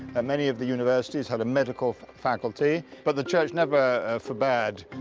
and many of the universities had a medical faculty. but the church never forbade